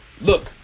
look